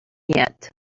yet